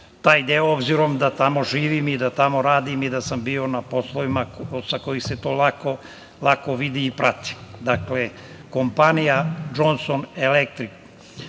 taj deo, s obzirom da tamo živim, da tamo radim i da sam bio na poslovima sa kojih se to lako vidi i prati. Dakle, kompanija „Džonson elektrik“,